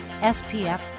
SPF